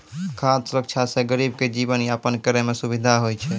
खाद सुरक्षा से गरीब के जीवन यापन करै मे सुविधा होय छै